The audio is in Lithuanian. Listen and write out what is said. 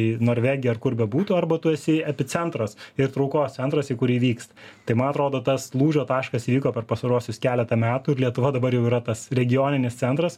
į norvegiją ar kur bebūtų arba tu esi epicentras ir traukos centras į kurį vyks tai man atrodo tas lūžio taškas įvyko per pastaruosius keletą metų ir lietuva dabar jau yra tas regioninis centras